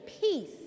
peace